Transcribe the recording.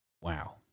wow